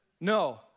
No